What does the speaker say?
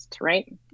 right